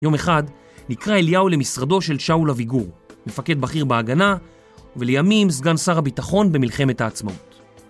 יום אחד נקרא אליהו למשרדו של שאול אביגור, מפקד בכיר בהגנה, ולימים סגן שר הביטחון במלחמת העצמאות.